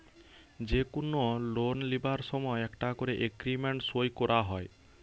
যে কুনো লোন লিবার সময় একটা কোরে এগ্রিমেন্ট সই কোরা হয়